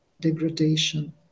degradation